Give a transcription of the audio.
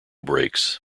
breaks